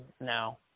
now